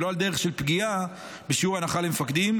ולא על דרך של פגיעה בשיעור ההנחה למפקדים,